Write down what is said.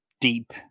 deep